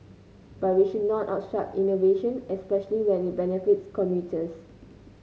but we should not obstruct innovation especially when it benefits commuters